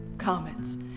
Comets